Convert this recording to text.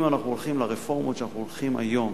אם אנחנו הולכים לרפורמות שאנחנו עושים היום,